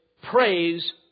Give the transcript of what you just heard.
Praise